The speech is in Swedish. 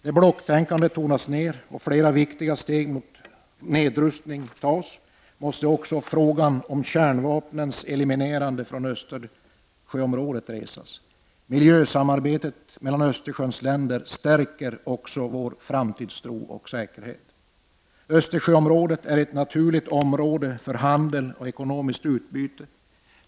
När blocktänkandet tonas ner och flera viktiga steg mot nedrustning tas måste också frågan om kärnvapnens eliminerande från Östersjöområdet resas. Miljösamarbetet mellan Östersjöns länder stärker också vår framtidstro och säkerhet. Östersjöområdet är ett naturligt område för handel och ekonomiskt utbyte.